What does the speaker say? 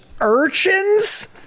Urchins